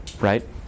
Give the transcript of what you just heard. right